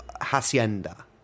hacienda